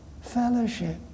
fellowship